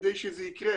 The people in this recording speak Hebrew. כדי שזה יקרה.